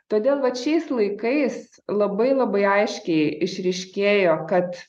todėl vat šiais laikais labai labai aiškiai išryškėjo kad